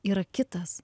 yra kitas